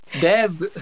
Deb